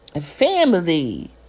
Family